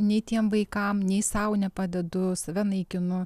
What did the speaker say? nei tiem vaikam nei sau nepadedu save naikinu